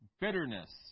bitterness